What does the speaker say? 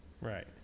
Right